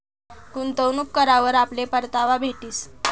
गुंतवणूक करावर आपले परतावा भेटीस